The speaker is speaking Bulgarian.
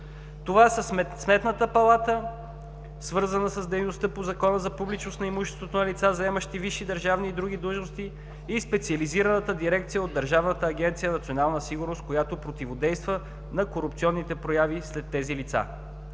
Това са Сметната палата, свързана с дейността по Закона за публичност на имуществото на лица, заемащи висши държавни и други длъжности, и специализираната дирекция от Държавна агенция „Национална сигурност“, която противодейства на корупционните прояви сред тези лица.